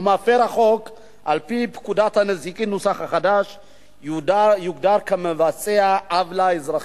ומפר החוק (על-פי פקודת הנזיקין ) יוגדר כמבצע עוולה אזרחית,